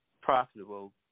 profitable